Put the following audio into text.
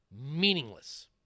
Meaningless